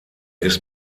ist